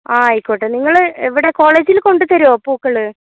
ആ ആയിക്കോട്ടെ നിങ്ങൾ എവിടെ കോളേജിൽ കൊണ്ടുതരുമോ പൂക്കൾ